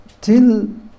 till